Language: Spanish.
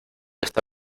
esta